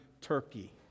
Turkey